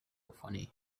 funny